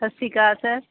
ਸਤਿ ਸ਼੍ਰੀ ਅਕਾਲ ਸਰ